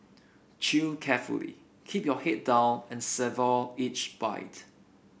Chew carefully keep your head down and savour each bite